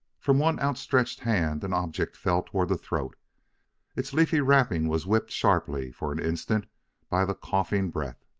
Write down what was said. from one outstretched hand an object fell toward the throat its leafy wrapping was whipped sharply for an instant by the coughing breath.